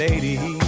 Lady